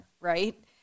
right